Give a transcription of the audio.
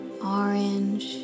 orange